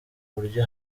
buryo